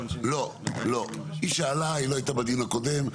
היא לא היתה בדיון הקודם,